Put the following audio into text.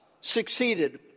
succeeded